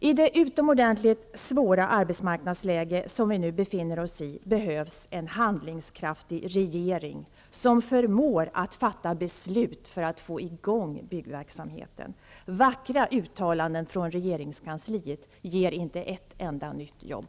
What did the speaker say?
I det utomordentligt svåra arbetmarknadsläge som vi befinner oss i behövs en handlingskraftig regering, som förmår att fatta beslut för att få i gång byggverksamheten. Vackra uttalanden från regeringskansliet ger inte ett enda nytt jobb.